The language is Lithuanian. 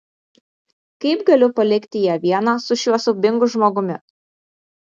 kaip galiu palikti ją vieną su šiuo siaubingu žmogumi